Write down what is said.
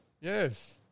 Yes